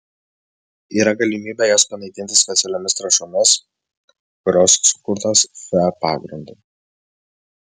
yra galimybė jas panaikinti specialiomis trąšomis kurios sukurtos fe pagrindu